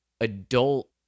adult